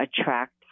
attract